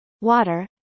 Water